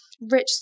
rich